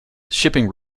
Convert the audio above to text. shipping